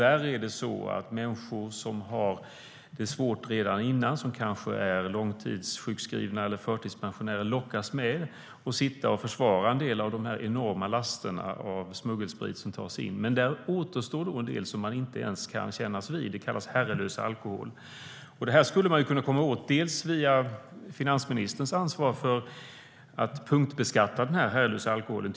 Människor som redan har det svårt och kanske är långtidssjukskrivna eller förtidspensionerade lockas tyvärr att åka med bussarna för att sitta och försvara en del av de enorma laster med smuggelsprit som tas in. Den återstående delen som ingen vill kännas vid kallas herrelös alkohol. Man skulle kunna komma åt detta via finansministerns ansvar för att punktbeskatta den herrelösa alkoholen.